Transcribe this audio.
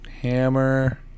Hammer